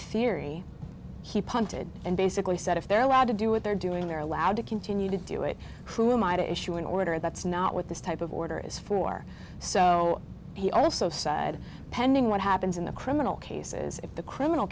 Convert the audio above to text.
theory he punted and basically said if they're allowed to do what they're doing they're allowed to continue to do it who might issue an order that's not what this type of order is for so he also said pending what happens in the criminal cases if the criminal